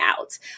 out